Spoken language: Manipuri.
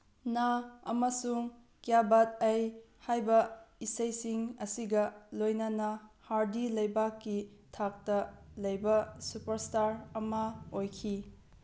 ꯅꯥ ꯑꯃꯁꯨꯡ ꯀꯤꯌꯥ ꯕꯥꯠ ꯍꯩ ꯍꯥꯏꯕ ꯏꯁꯩꯁꯤꯡ ꯑꯁꯤꯒ ꯂꯣꯏꯅꯅ ꯍꯥꯔꯗꯤ ꯂꯩꯕꯥꯛꯀꯤ ꯊꯥꯛꯇ ꯂꯩꯕ ꯁꯨꯄꯔ ꯏꯁꯇꯥꯔ ꯑꯃ ꯑꯣꯏꯈꯤ